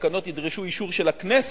והתקנות ידרשו אישור של הכנסת,